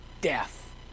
death